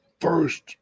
first